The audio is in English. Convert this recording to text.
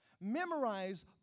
Memorize